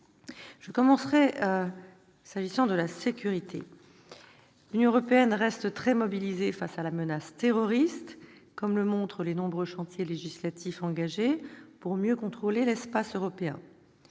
et défend ». S'agissant de la sécurité, l'Union européenne reste très mobilisée face à la menace terroriste, comme le montrent les nombreux chantiers législatifs engagés pour mieux contrôler l'espace européen.